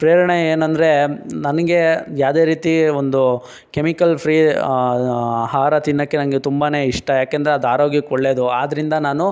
ಪ್ರೇರಣೆ ಏನೆಂದರೆ ನನಗೆ ಯಾವುದೇ ರೀತೀ ಒಂದು ಕೆಮಿಕಲ್ ಫ್ರೀ ಆಹಾರ ತಿನ್ನೋಕ್ಕೆ ನನಗೆ ತುಂಬನೇ ಇಷ್ಟ ಏಕೆಂದ್ರೆ ಅದು ಆರೋಗ್ಯಕ್ಕೆ ಒಳ್ಳೆಯದು ಆದ್ದರಿಂದ ನಾನು